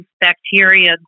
bacteria